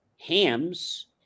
hams